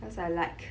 cause I like